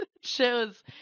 Shows